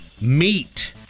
meat